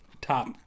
top